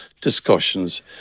discussions